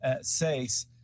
says